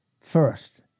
first